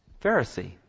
Pharisee